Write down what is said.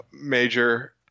major